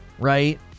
right